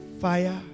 fire